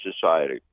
society